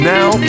Now